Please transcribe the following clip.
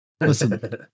Listen